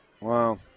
Wow